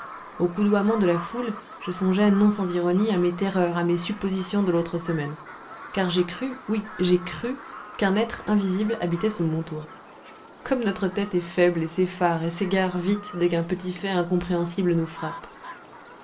au coudoiement de la foule je songeais non sans ironie à mes terreurs à mes suppositions de l'autre semaine car j'ai cru oui j'ai cru qu'un être invisible habitait sous mon toit comme notre tête est faible et s'effare et s'égare vite dès qu'un petit fait incompréhensible nous frappe